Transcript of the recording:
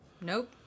Nope